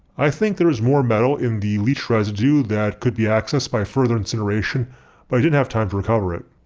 i think there is more metal in the leached residue that could be accessed by further incineration, but i didn't have time to recover it.